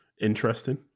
interesting